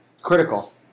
Critical